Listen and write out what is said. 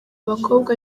bakobwa